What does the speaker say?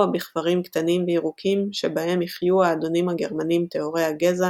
בכפרים קטנים וירוקים שבהם יחיו האדונים הגרמנים טהורי הגזע